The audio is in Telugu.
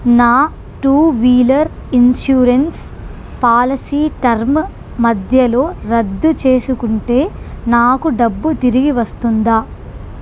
నా two wheeler insurance policy term మధ్యలో రద్దు చేసుకుంటే నాకు డబ్బు తిరిగి వస్తుందా